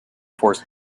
forced